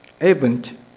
event